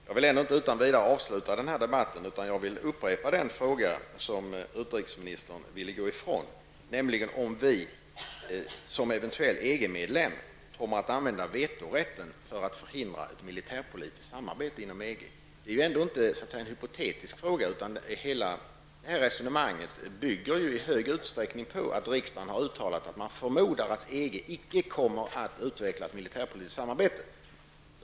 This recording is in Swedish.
Jag vill ändå inte utan vidare avsluta den här debatten, utan jag upprepar den fråga som utrikesministern ville gå ifrån: Kommer Sverige, om vi eventuellt blir medlem av EG, att använda vetorätten för att förhindra ett militärpolitiskt samarbete inom EG? Det är ju ändå inte en hypotetisk fråga, utan hela detta resonemang bygger i stor utsträckning på att riksdagen har uttalat att man förmodar att EG icke kommer att utveckla ett militärpolitiskt samarbete.